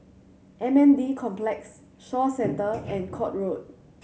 M N D Complex Shaw Centre and Court Road